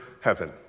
heaven